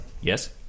Yes